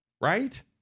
right